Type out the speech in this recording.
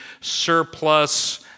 surplus